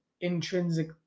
intrinsic